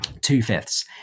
Two-fifths